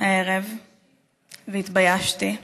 הערב והתביישתי.